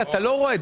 אתה לא רואה.